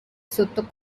sotto